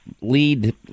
Lead